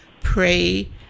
pray